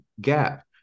gap